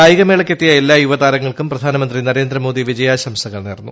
കായിക്കുമേളയ്ക്കെത്തിയ എല്ലാ യുവതാരങ്ങൾക്കും പ്രിധാനമന്ത്രി നരേന്ദ്രമോദി വിജയാശംസകൾ നേർന്നു